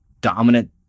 dominant